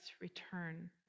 return